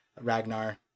Ragnar